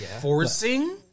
Forcing